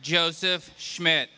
joseph schmidt